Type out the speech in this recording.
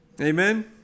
amen